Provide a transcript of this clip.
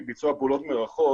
ביצוע פעולות מרחוק.